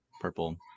purple